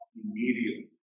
immediately